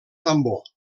tambor